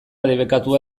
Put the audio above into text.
debekatua